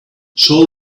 shall